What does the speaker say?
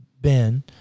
Ben